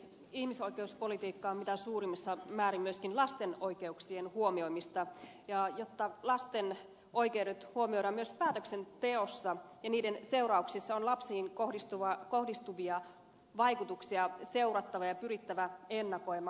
ihmisoikeuspolitiikka on mitä suurimmassa määrin myöskin lasten oikeuksien huomioimista ja jotta lasten oikeudet huomioidaan myös päätöksenteossa ja sen seurauksissa on lapsiin kohdistuvia vaikutuksia seurattava ja pyrittävä ennakoimaan